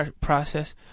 process